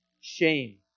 shame